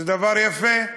זה דבר יפה,